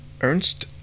Ernst